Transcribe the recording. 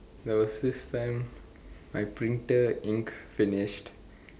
there was this time my printer ink finished